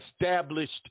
established